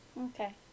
Okay